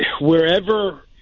wherever